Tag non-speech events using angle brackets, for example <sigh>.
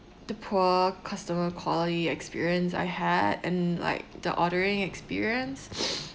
the poor customer quality experience I had and like the ordering experience <noise>